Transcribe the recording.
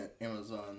Amazon